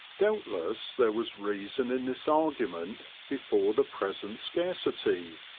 doubtless there was reason in this argument before the present scarcity,